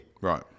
Right